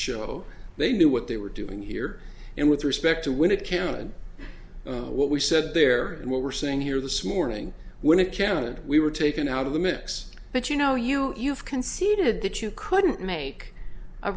show they knew what they were doing here and with respect to when it counted what we said there and what we're saying here this morning when it counted we were taken out of the mix but you know you you've conceded that you couldn't make a